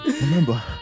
Remember